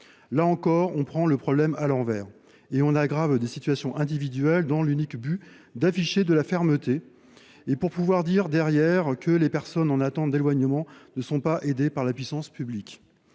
Là encore, on prend le problème à l’envers : on aggrave des situations individuelles dans l’unique objectif d’afficher de la fermeté, pour pouvoir ensuite avancer que les personnes en attente d’éloignement ne sont pas aidées par la puissance publique.